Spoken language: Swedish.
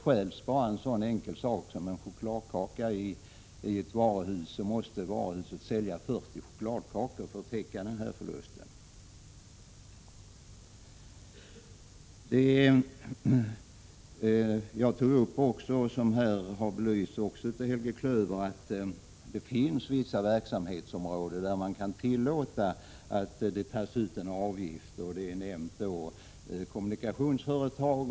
Stjäls en så enkel sak som en chokladkaka i ett varuhus, måste varuhuset sälja 40 kakor för att täcka förlusten. Som Helge Klöver här har belyst finns vissa verksamhetsområden där man kan tillåta att det tas ut en avgift, t.ex. kommunikationsföretag.